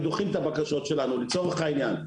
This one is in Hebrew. דוחים את הבקשות שלנו לצורך העניין.